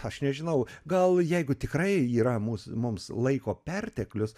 aš nežinau gal jeigu tikrai yra mus mums laiko perteklius